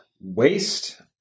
Waste